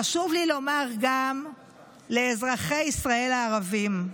חשוב לי לומר גם לאזרחי ישראל הערבים,